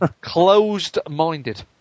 closed-minded